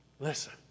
Listen